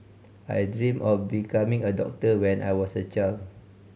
I dreamt of becoming a doctor when I was a child